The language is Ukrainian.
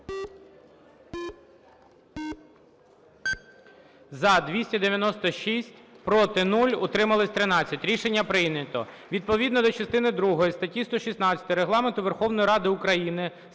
За-296 Проти – 0, утримались – 13. Рішення прийнято. Відповідно до частини другої статті 116 Регламенту Верховної Ради України